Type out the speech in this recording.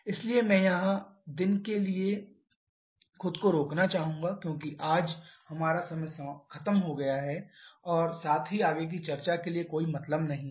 इसलिए मैं यहां दिन के लिए खुद को रोकना चाहूंगा क्योंकि आज हमारा समय खत्म हो गया है और साथ ही आगे की चर्चा के लिए कोई मतलब नहीं है